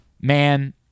man